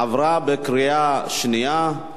עברה בקריאה שנייה.